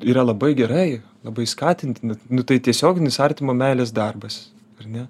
yra labai gerai labai skatintina nu tai tiesioginis artimo meilės darbas ar ne